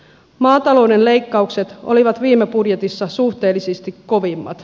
maatalouden leikkaukset olivat viime budjetissa suhteellisesti kovimmat